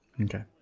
Okay